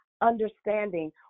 understanding